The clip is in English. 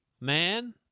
Man